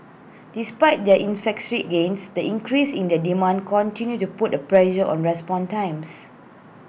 despite their efficiency gains the increases in the demand continue to put A pressure on respond times